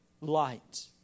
light